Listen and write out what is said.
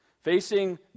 facing